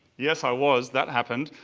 yes i was, that happened.